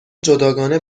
جداگانه